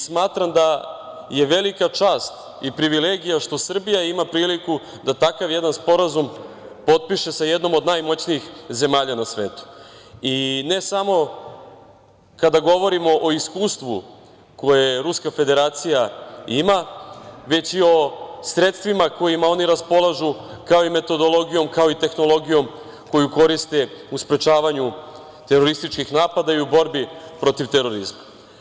Smatram da je velika čast i privilegija što Srbija ima priliku da takav jedan sporazum potpiše sa jednom od najmoćnijih zemalja na svetu i ne samo kada govorimo o iskustvu koje Ruska Federacija ima, već i o sredstvima kojima oni raspolažu, kao i metodologijom, kao i tehnologijom koju koriste u sprečavanju terorističkih napada i u borbi protiv terorizma.